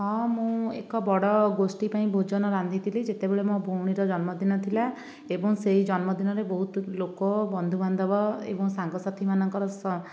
ହଁ ମୁଁ ଏକ ବଡ଼ ଗୋଷ୍ଠୀ ପାଇଁ ଭୋଜନ ରାନ୍ଧିଥିଲି ଭଉଣୀର ଜନ୍ମଦିନ ଥିଲା ଏବଂ ସେଇ ଜନ୍ମଦିନରେ ବହୁତ ଲୋକ ବନ୍ଧୁବାନ୍ଧବ ଏବଂ ସାଙ୍ଗସାଥିମାନଙ୍କର